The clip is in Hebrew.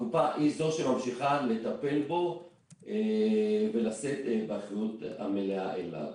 הקופה היא זו שממשיכה לטפל בו ולשאת באחריות המלאה כלפיו.